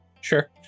Sure